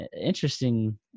interesting